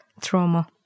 trauma